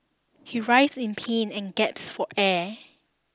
he writhed in pain and gasped for air